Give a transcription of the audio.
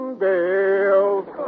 bells